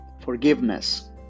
Forgiveness